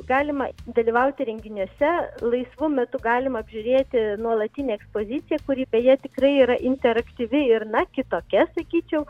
galima dalyvauti renginiuose laisvu metu galima apžiūrėti nuolatinę ekspoziciją kuri beje tikrai yra interaktyvi ir na kitokia sakyčiau